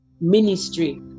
ministry